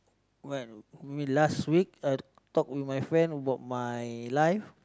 when you mean last week I talk with my friend about my life